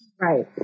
right